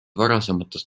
varasemast